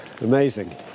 Amazing